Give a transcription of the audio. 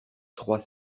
trois